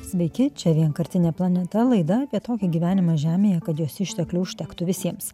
sveiki čia vienkartinė planeta laida apie tokį gyvenimą žemėje kad jos išteklių užtektų visiems